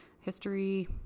history